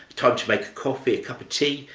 time to make a coffee, a cup of tea,